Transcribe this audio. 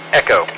echo